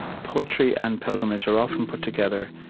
poetry and pilgrimage are often put together,